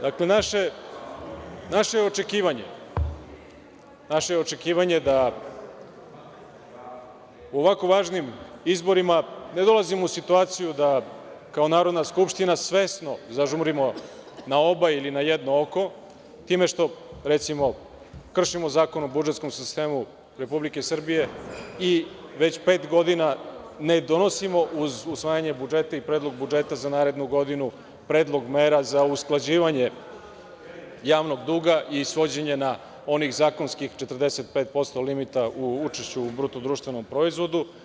Dakle, naše očekivanje je da u ovako važnim izborima ne dolazimo u situaciju kao Narodna skupština svesno zažmurimo na oba ili na jedno oko tim što, recimo, kršimo Zakon o budžetskom sistemu Republike Srbije i već pet godina ne donosimo uz usvajanje budžeta i predlog budžeta za narednu godinu, predlog mera za usklađivanje javnog duga i svođenje na onih zakonskih 45% limita u učešću u bruto društvenom proizvodu.